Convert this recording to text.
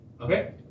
Okay